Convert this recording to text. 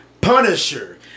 Punisher